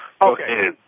Okay